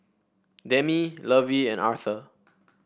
Demi Lovey and Arthur